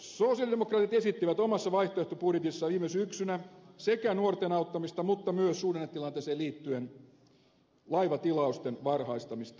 sosialidemokraatit esittivät omassa vaihtoehtobudjetissaan viime syksynä sekä nuorten auttamista että myös suhdannetilanteeseen liittyen laivatilausten varhaistamista